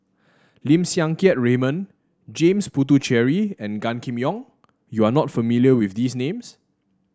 Lim Siang Keat Raymond James Puthucheary and Gan Kim Yong You are not familiar with these names